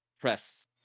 press